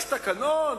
יש תקנון,